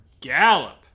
gallop